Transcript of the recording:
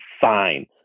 Fine